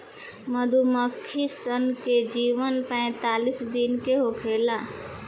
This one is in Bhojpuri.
मधुमक्खी सन के जीवन पैतालीस दिन के होखेला